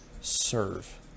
serve